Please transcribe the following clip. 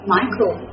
Michael